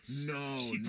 no